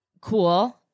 Cool